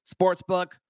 sportsbook